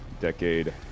Decade